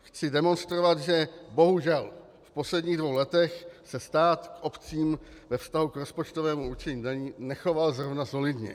Chci demonstrovat, že bohužel v posledních dvou letech se stát k obcím ve vztahu k rozpočtovému určení daní nechoval zrovna solidně.